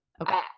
Okay